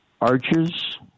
Arches